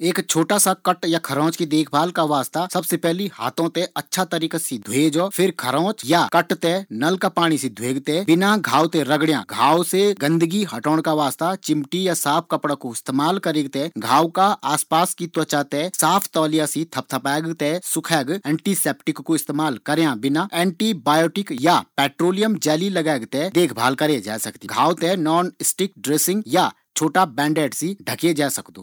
त्वचा का बहुत करीब और घुमावदार आकार मा नाखुनों थें काटण पर आप त्वचा थें घायल कर सकदिन। ये नाख़ून का भीतर भी दर्द बढ़ सकदु या फिर त्वचा पर चोट लगण का वजह सी खून भी ऐ सकदु। नाख़ून का कै भी नुकीला या खुरदुरा किनारा थें नेलफ़ाइल एम्री बोर्ड धीरे धीरे फ़ाइल करीक थें सामान्य रूप मा ल्हेक विथे काटे जै सकदु।